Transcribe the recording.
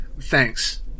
Thanks